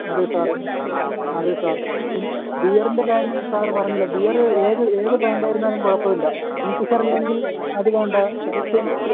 അതെ സാർ അതെ സാർ ഇ ബിയറിൻ്റെ കാര്യം സാറ് പറഞ്ഞില്ലെ ബിയറ് ഏത് ഏത് ബ്രാൻറ്റായിരുന്നാലും കുഴപ്പമില്ല കിങ്റിഫിഷറില്ലെങ്കിൽ അത് വേണ്ട ഹെലിക്കനായാലും മതി